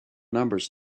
numbers